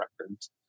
records